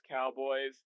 Cowboys